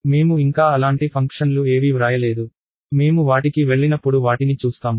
మేము ఇంకా అలాంటి ఫంక్షన్లు ఏవీ వ్రాయలేదు మేము వాటికి వెళ్ళినప్పుడు వాటిని చూస్తాము